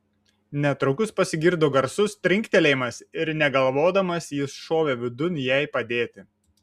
netrukus pasigirdo garsus trinktelėjimas ir negalvodamas jis šovė vidun jai padėti